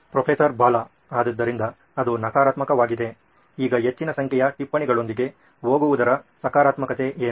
professor Bala ಆದ್ದರಿಂದ ಅದು ನಕಾರಾತ್ಮಕವಾಗಿದೆ ಈಗ ಹೆಚ್ಚಿನ ಸಂಖ್ಯೆಯ ಟಿಪ್ಪಣಿಗಳೊಂದಿಗೆ ಹೋಗುವುದರ ಸಕಾರಾತ್ಮಕತೆ ಏನು